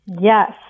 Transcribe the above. Yes